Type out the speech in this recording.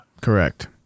Correct